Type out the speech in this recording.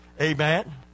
Amen